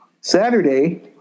Saturday